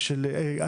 למקום של הישגים,